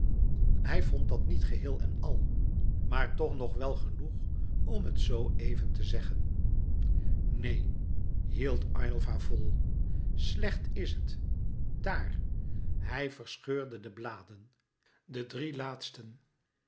hij vond dat niet geheel en al maar toch nog wel genoeg om het zoo even te zeggen neen hield aylva vol slecht is het daar hij verscheurde de bladen de drie laatsten